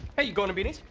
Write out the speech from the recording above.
hey, you going to beanie's?